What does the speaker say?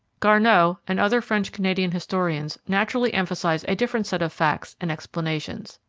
garneau and other french-canadian historians naturally emphasize a different set of facts and explanations.